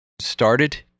started